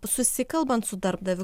susikalbant su darbdaviu